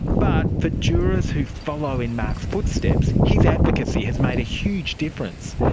but for jurors who follow in mark's footsteps, his advocacy has made a huge difference.